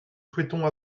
souhaitons